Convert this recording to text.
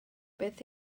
beth